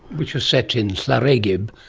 which is set in llareggub,